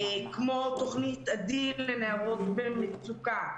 כמו תוכנית עדין לנערות במצוקה,